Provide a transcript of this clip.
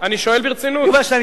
יובל שטייניץ,